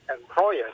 employers